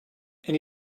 and